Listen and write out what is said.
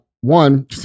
one